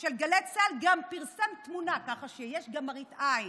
של גלי צה"ל, גם פרסם תמונה, כך שיש גם מראית עין,